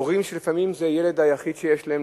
הורים שלפעמים זה הילד היחיד שיש להם,